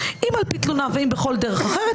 אם על פי תלונה ואם בכל דרך אחרת,